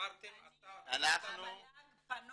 אמרתם --- המל"ג פנו